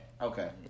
Okay